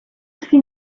see